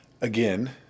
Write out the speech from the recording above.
again